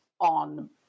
on